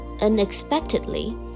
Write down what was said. Unexpectedly